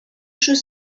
should